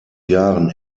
jahren